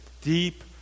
deep